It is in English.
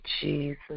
Jesus